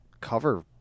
cover